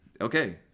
Okay